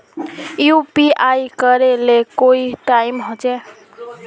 UPI करे ले कोई टाइम होचे?